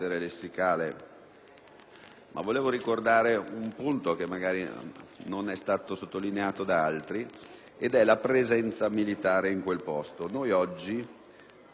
tuttavia ricordare un punto, che non è stato sottolineato da altri: la presenza militare in quel posto.